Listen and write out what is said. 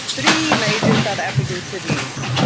three major south african cities,